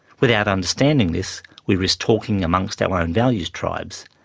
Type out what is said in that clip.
without understanding this we risk talking amongst our own values tribes,